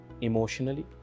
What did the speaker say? emotionally